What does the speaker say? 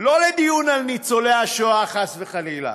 לא לדיון על ניצולי השואה, חס וחלילה,